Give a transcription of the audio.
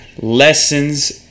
lessons